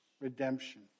redemption